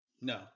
No